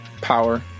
power